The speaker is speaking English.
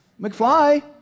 McFly